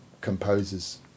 composers